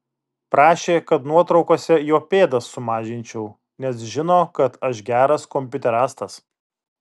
prašė kad nuotraukose jo pėdas sumažinčiau nes žino kad aš geras kompiuterastas